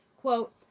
quote